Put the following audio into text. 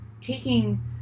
taking